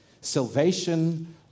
salvation